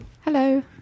Hello